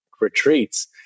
retreats